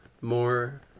more